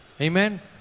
Amen